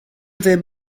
ddim